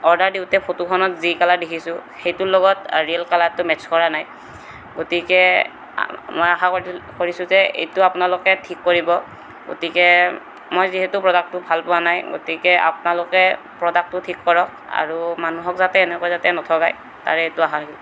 order দিওঁতে ফটোখনত যি কালাৰ দেখিছোঁ সেইটোৰ লগত ৰীয়েল কালাৰটো মেটচ্ কৰা নাই গতিকে মই আশা কৰিছোঁ যে এইটো আপোনালোকে ঠিক কৰিব গতিকে মই যিহেতু প্ৰডাক্টো ভালপোৱা নাই গতিকে আপোনালোকে প্ৰডাক্টো ঠিক কৰক আৰু মানুহক যাতে এনেকৈ যাতে নঠগাই তাৰেই এইটো আশা থাকিল